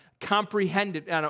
comprehended